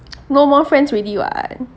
no more friends already [what]